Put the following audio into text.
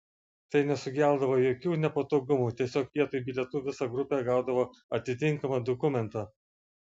tai nesukeldavo jokių nepatogumų tiesiog vietoj bilietų visa grupė gaudavo atitinkamą dokumentą